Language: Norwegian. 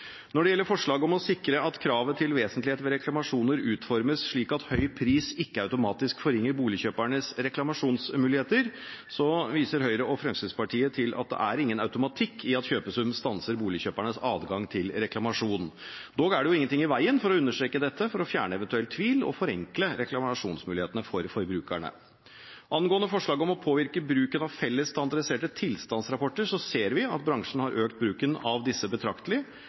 Når det gjelder forslag om å sikre at kravet til vesentlighet ved reklamasjoner utformes slik at høy pris ikke automatisk forringer boligkjøpernes reklamasjonsmuligheter, viser Høyre og Fremskrittspartiet til at det er ingen automatikk i at kjøpesum stanser boligkjøpernes adgang til reklamasjon. Dog er det ingenting i veien for å understreke dette for å fjerne eventuell tvil og forenkle reklamasjonsmulighetene for forbrukerne. Angående forslaget om å påvirke bruken av felles, standardiserte tilstandsrapporter ser vi at bransjen har økt bruken av disse betraktelig,